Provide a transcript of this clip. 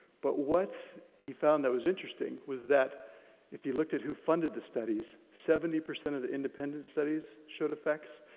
but what he found that was interesting was that if you looked at who funded the studies, seventy percent of the independent studies showed effects,